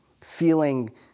feeling